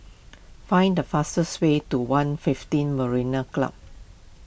find the fastest way to one fifteen Marina Club